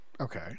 Okay